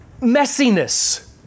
messiness